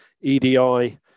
EDI